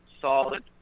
solid